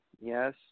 yes